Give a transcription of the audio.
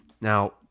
Now